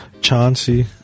Chauncey